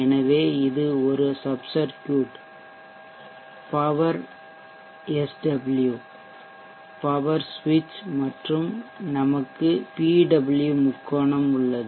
எனவே இது ஒரு sub circuit power SW power சுவிட்ச் மற்றும் நமக்கு PWM முக்கோணம் உள்ளது